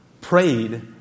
prayed